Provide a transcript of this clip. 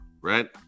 right